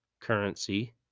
currency